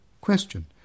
question